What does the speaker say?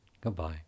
Goodbye